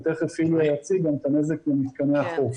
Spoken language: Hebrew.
ותיכף איליה יציג את את הנזק ומתקני החוף.